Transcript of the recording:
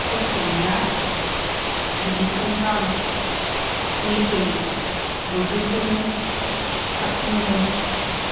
खस्थ' मोना बेनिखायनो आं मेसें बोथोरखौनो साबसिन मोनो